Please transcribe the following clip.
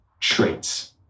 traits